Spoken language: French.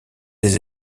des